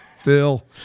phil